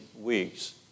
weeks